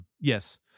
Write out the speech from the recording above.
Yes